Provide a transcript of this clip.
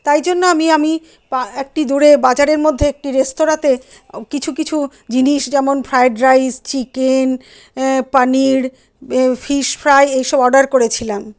তাই জন্য আমি আমি একটি দূরে বাজারের মধ্যে একটি রেস্তোরাঁতে কিছু কিছু জিনিস যেমন fried rice chicken paneer fish fry এইসব অর্ডার করেছিলাম